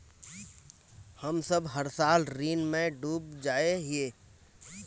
हम सब हर साल ऋण में डूब जाए हीये?